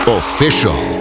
official